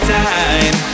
time